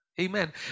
Amen